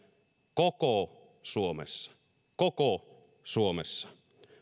koko suomessa koko suomessa